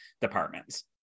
departments